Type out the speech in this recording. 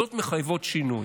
העובדות מחייבות שינוי.